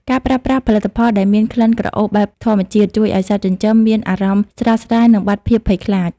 ការប្រើប្រាស់ផលិតផលដែលមានក្លិនក្រអូបបែបធម្មជាតិ ជួយឱ្យសត្វចិញ្ចឹមមានអារម្មណ៍ស្រស់ស្រាយ និងបាត់ភាពភ័យខ្លាច។